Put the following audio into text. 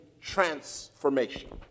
transformation